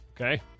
Okay